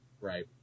Right